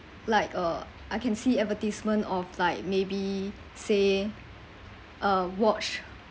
like uh I can see advertisement of like maybe say uh watch